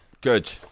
good